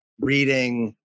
reading